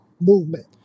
movement